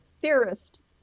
theorist